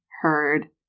heard